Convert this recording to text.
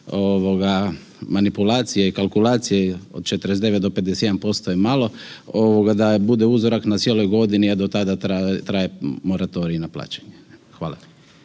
manipulacije i kalkulacije od 49 do 51% je malo da bude uzorak na cijeloj godini, a do tada traje moratorij na plaćanje? Hvala.